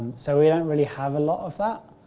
so we don't really have a lot of that